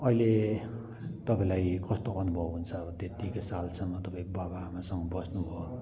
अहिले तपाईँलाई कस्तो अनुभव हुन्छ त्यतिको सालसम्म तपाईँ बाबाआमासँग बस्नुभयो